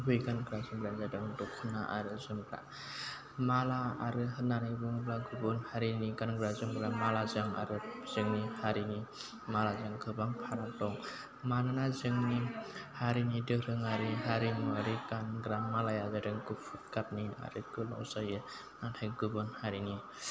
गुबै गानग्रा जोमग्रायानो जादों दख'ना आरो जोमग्रा माला आरो होननानै बुंब्ला गुबुन हारिनि गानग्रा जोमग्रा मालाजों आरो जोंनि हारिनि मालाजों गोबां फाराग दं मानोना जोंनि हारिनि दोरोङारि हारिमुवारि गानग्रा मालाया जादों गुफुर गाबनि आरो गोलाव जायो नाथाय गोबां हारिनि